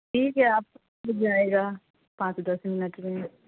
ٹھیک ہے آپ مل جائے گا پانچ دس منٹ میں